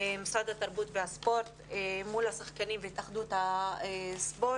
משרד התרבות והספורט מול השחקנים והתאחדות הספורט,